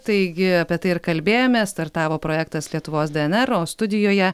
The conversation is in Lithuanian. taigi apie tai ir kalbėjome startavo projektas lietuvos dnr o studijoje